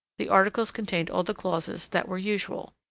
the articles contained all the clauses that were usual,